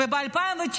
וב-2019,